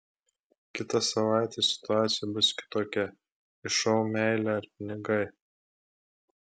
kitą savaitę situacija bus kitokia į šou meilė ar pinigai